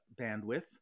bandwidth